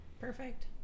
Perfect